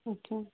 okay